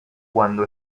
cuando